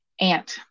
aunt